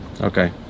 Okay